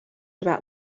about